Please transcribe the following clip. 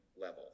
level